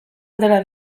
aldera